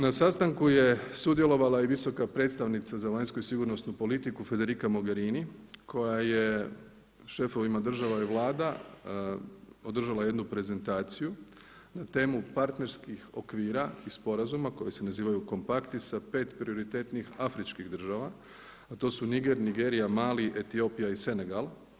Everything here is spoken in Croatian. Na sastanku je sudjelovala i visoka predstavnica za vanjsku i sigurnosnu politiku Federica Mogherini koja je šefovima država i vlada održala jednu prezentaciju na temu partnerskih okvira i sporazuma koji se nazivaju kompakti sa 5 prioritetnih afričkih država a to su Niger, Nigerija, Mali, Etiopija i Senegal.